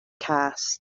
cast